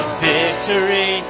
victory